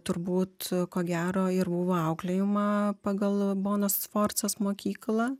turbūt ko gero ir buvo auklėjama pagal bonos sforcos mokyklą